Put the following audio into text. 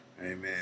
Amen